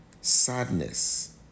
Sadness